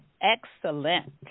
excellent